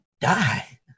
die